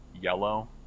Yellow